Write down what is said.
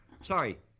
sorry